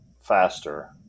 faster